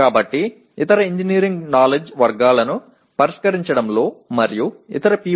எனவே இது மற்ற பொறியியல் அறிவு வகைகளை நிவர்த்தி செய்வதிலும் மற்ற பி